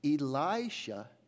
Elisha